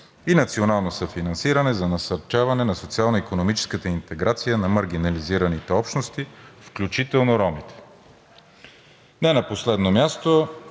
и национално съфинансиране за насърчаване на социално-икономическата интеграция на маргинализираните общности, включително ромите. Не на последно място